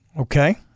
Okay